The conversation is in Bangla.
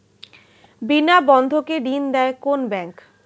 বিনা বন্ধকে ঋণ দেয় কোন ব্যাংক?